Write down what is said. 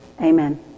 Amen